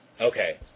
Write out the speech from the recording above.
Okay